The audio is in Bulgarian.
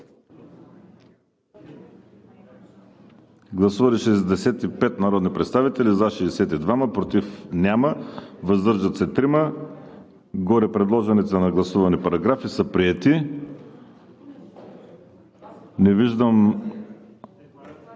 Гласували 65 народни представители: за 62, против няма, въздържали се 3. Горепредложените на гласуване параграфи са приети. Заповядайте,